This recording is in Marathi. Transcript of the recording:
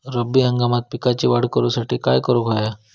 रब्बी हंगामात पिकांची वाढ करूसाठी काय करून हव्या?